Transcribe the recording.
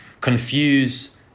confuse